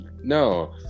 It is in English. No